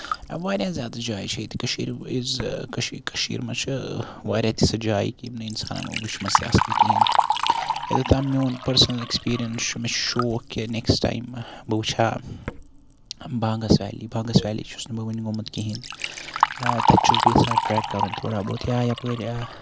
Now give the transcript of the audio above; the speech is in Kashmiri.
واریاہ زیادٕ جایہِ چھِ ییٚتہِ کٔشیٖرِ ییٚتہِ کٔشی کٔشیٖرِ منٛز چھِ واریاہ تِژھ جایہِ کہِ یِم نہٕ اِنسانن وٕچھمَژٕ تہِ آسن کِہیٖنۍ یوٚتتھ تام میون پٔرسَنل اٮ۪کٕسپِرینٕس چھُ مےٚ چھُ شوق کہِ نیکٕس ٹایم بہٕ وٕچھ ہا بانگَس ویلی بانگس ویلی چھُس نہٕ بہٕ ؤنہِ گوٚمُت کِہیٖنۍ تَتہِ چھُس بہٕ یَژھان ٹریک کَرُن تھوڑا بہت یا یَپٲرۍ